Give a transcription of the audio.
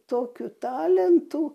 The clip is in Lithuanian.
tokiu talentu